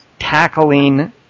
Tackling